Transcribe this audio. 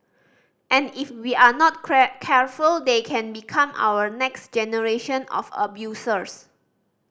and if we are not careful they can become our next generation of abusers